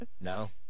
No